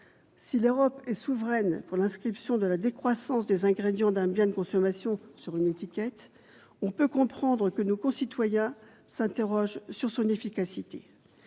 si l'Europe est souveraine pour l'inscription de la décroissance des ingrédients d'un bien de consommation sur une étiquette, on peut comprendre que nos concitoyens s'interrogent sur son efficacité.